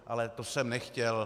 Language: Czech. Ale to jsem nechtěl.